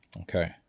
Okay